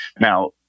Now